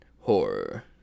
horror